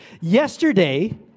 Yesterday